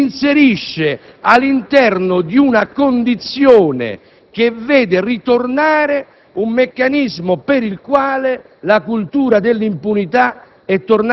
disegna un quadro dove stiamo ritornando in una condizione di prevalenza della illegalità e della cultura delle impunità.